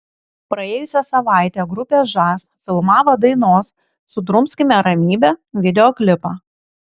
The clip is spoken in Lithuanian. praėjusią savaitę grupė žas filmavo dainos sudrumskime ramybę videoklipą